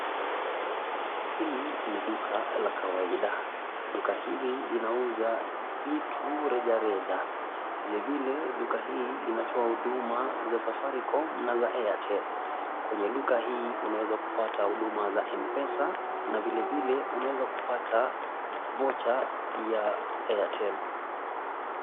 Hili ni duka la kawaida. Duka hili linauza vitu rejareja. Vilevile duka hii inatoa huduma za safaricom na za airtel. Kwenye duka hii unaweza kupata huduma za M-Pesa na vilevile unaweza kupata vocher ya airtel.